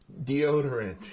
deodorant